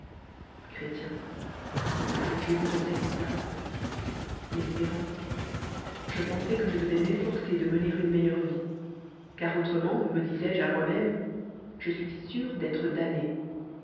que faisiez votis dans cet état l'espérant je pensois que je devois m'efforcer de mener une meilleure vie car autrement me disdis je à moiméme je suis sûr d'être damné